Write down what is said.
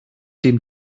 dem